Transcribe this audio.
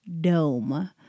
dome